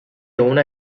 una